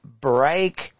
break